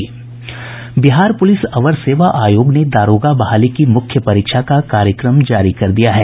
Bihar police अवर सेवा आयोग ने दारोगा बहाली की मुख्य परीक्षा का कार्यक्रम जारी कर दिया है